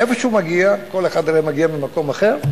מאיפה שהוא מגיע, כל אחד הרי מגיע ממקום אחר,